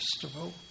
festival